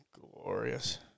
glorious